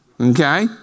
okay